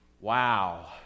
Wow